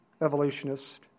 evolutionist